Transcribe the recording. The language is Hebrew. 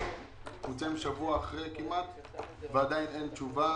ועכשיו אנחנו נמצאים שבוע אחרי כמעט ועדין אין תשובה.